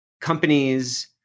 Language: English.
companies